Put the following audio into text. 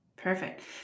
Perfect